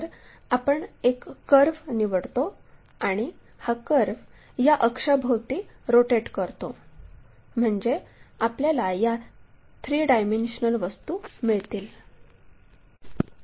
तर आपण एक कर्व निवडतो आणि हा कर्व या अक्षाभोवती रोटेट करतो म्हणजे आपल्याला या 3 डायमेन्शनल वस्तू मिळतील